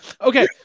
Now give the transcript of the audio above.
Okay